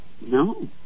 No